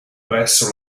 presso